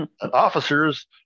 officers